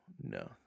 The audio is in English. no